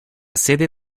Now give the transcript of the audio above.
sede